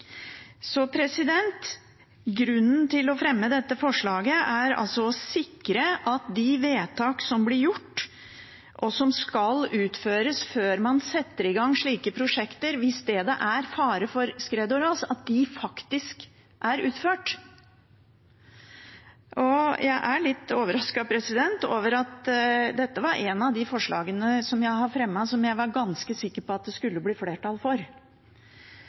Så grunnen til at vi fremmer dette forslaget, er altså å sikre at de vedtak som skal gjøres før man setter i gang slike prosjekter, hvis det er fare for skred og ras, faktisk er utført. Jeg er litt overrasket, for dette er et av de forslagene jeg har fremmet, som jeg var ganske sikker på at det skulle bli flertall for.